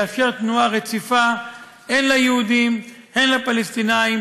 יאפשר תנועה רציפה הן ליהודים והן לפלסטינים